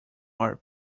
are